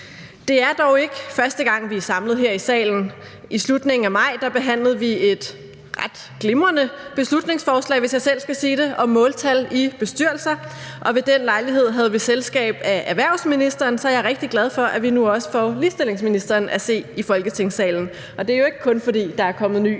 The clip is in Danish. Det er dog ikke første gang, vi er samlet her i salen. I slutningen af maj behandlede vi et ret glimrende beslutningsforslag, hvis jeg selv skal sige det, om måltal i bestyrelser, og ved den lejlighed havde vi selskab af erhvervsministeren. Så jeg er rigtig glad for, at vi nu også får ligestillingsministeren at se i Folketingssalen, og det er jo ikke kun, fordi der er kommet en